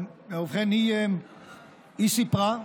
ובכן, היא סיפרה,